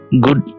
good